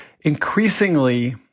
increasingly